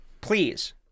Please